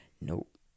Nope